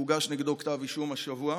שהוגש נגדו כתב אישום השבוע,